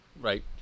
right